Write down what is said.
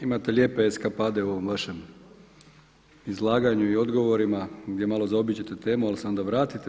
Imate lijepe eskapade u ovom vašem izlaganju i odgovorima gdje malo zaobiđete temu, ali se onda vratite.